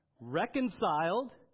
Reconciled